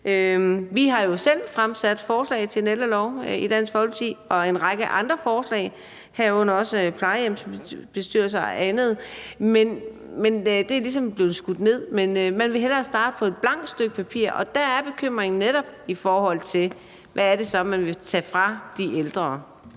i Dansk Folkeparti fremsat forslag til en ældrelov og en række andre forslag, herunder om plejehjemsbestyrelser og andet, men det er ligesom blevet skudt ned. Man vil hellere starte på et blankt stykke papir, og der er vores bekymring netop, hvad det så er, man vil tage fra de ældre.